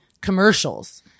commercials